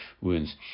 wounds